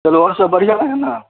चलू और सब बढ़िऑं अइ ने